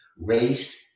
Race